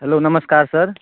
hello नमस्कार sir